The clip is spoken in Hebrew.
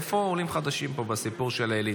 איפה העולים החדשים פה בסיפור של האליטות?